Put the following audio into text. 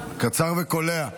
קצר וקולע.